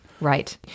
right